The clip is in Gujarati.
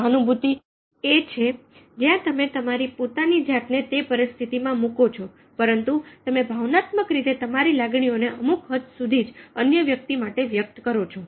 સહાનુભૂતિ એ છે જ્યાં તમે તમારા પોતાની જાતને તે પરિસ્થિતિમાં મૂકો છો પરંતુ તમે ભાવનાત્મક રીતે તમારી લાગણીઓને અમુક હદ સુધી અન્ય વ્યક્તિ માટે વ્યક્ત કરો છો